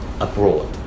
abroad